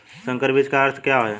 संकर बीज का अर्थ क्या है?